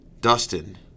Dustin